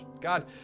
God